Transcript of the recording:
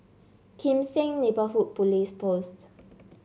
Kim Seng Neighbourhood Police Post